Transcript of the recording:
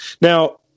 now